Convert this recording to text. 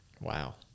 Wow